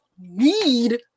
need